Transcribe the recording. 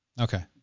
Okay